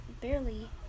barely